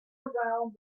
around